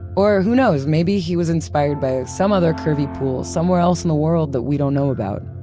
or, who knows, maybe he was inspired by some other curvy pool somewhere else in the world that we don't know about.